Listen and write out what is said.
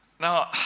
Now